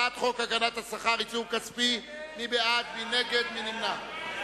הצעת חוק הגנת השכר (עיצום כספי).